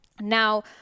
Now